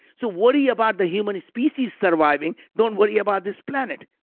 so worry about the human species surviving. don't worry about this planet.